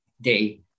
day